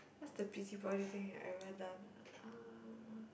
what's the busybody thing I ever done uh